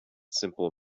simple